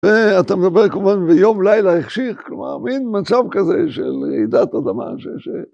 ואתה מדבר כמובן ביום-לילה החשיך, כלומר, מין מצב כזה של רעידת אדמה ש...